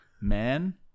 Man